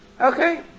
Okay